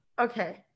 okay